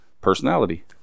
personality